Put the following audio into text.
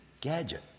gadget